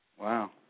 Wow